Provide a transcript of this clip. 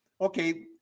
okay